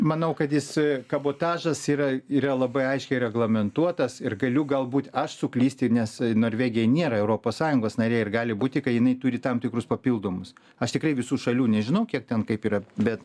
manau kad jisai kabotažas yra yra labai aiškiai reglamentuotas ir galiu galbūt aš suklysti nes norvegija nėra europos sąjungos narė ir gali būti kad jinai turi tam tikrus papildomus aš tikrai visų šalių nežinau kiek ten kaip yra bet